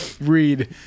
read